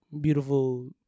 beautiful